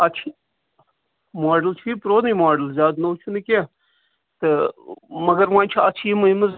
اَتھ چھِ ماڈَل چھُ یہِ پرٛونُے ماڈَل زیادٕ نوٚو چھُنہٕ کیٚنٛہہ تہٕ مگر وۄنۍ چھِ اَتھ چھِ یِمہٕ